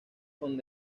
con